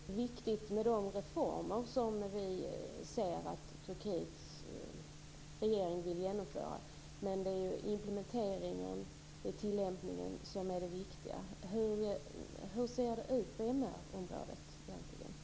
Herr talman! Det är klart att det är viktigt med de reformer som vi ser att Turkiets regering vill genomföra, men det är ju implementeringen och tillämpningen som är det viktiga. Hur ser det egentligen ut på MR-området?